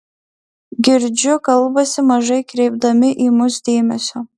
girdžiu kalbasi mažai kreipdami į mus dėmesio